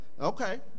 okay